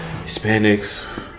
Hispanics